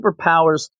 superpowers